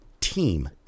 team